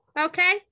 okay